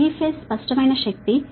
3 phase స్పష్టమైన power 0